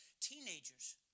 Teenagers